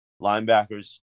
Linebackers